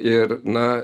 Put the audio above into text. ir na